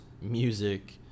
music